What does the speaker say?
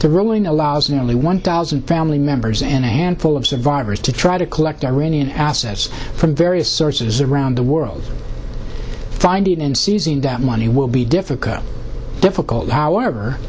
no allows nearly one thousand family members and a handful of survivors to try to collect iranian assets from various sources around the world finding and seizing that money will be difficult difficult however